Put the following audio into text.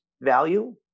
value